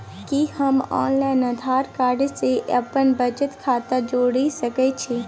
कि हम online Aadhaar card के अपन बचत खाता से जोरि सकै छी?